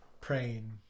praying